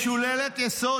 משוללת יסוד.